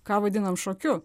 ką vadinam šokiu